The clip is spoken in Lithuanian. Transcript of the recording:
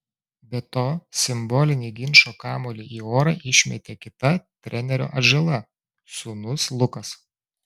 be to simbolinį ginčo kamuolį į orą išmetė kita trenerio atžala sūnus lukas